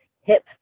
hip